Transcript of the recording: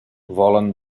volen